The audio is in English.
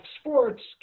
sports